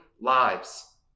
lives